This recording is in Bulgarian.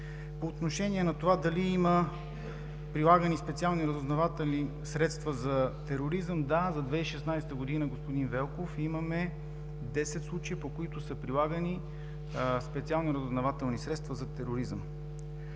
По отношение на това дали има прилагани специални разузнавателни средства за тероризъм – да. За 2016 г., господин Велков, имаме 10 случая, по които са прилагани специални разузнавателни средства за тероризъм.